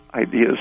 ideas